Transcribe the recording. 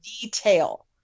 detail